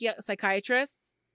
psychiatrists